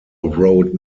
wrote